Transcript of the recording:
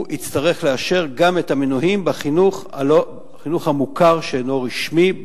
הוא יצטרך לאשר גם את המינויים בחינוך המוכר שאינו רשמי,